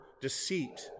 Deceit